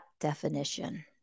definition